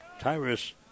Tyrus